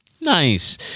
Nice